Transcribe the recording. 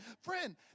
friend